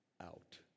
out